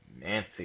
Nancy